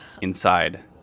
inside